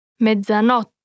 Mezzanotte